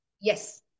yes